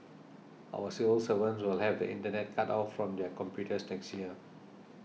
our civil servants will have the Internet cut off from their computers next year